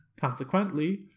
consequently